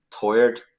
tired